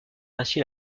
ainsi